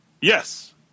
Yes